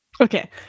Okay